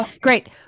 Great